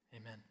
amen